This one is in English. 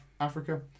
Africa